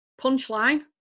punchline